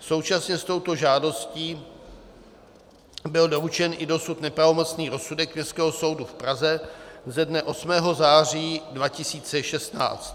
Současně s touto žádostí byl doručen i dosud nepravomocný rozsudek Městského soudu v Praze ze dne 8. září 2016.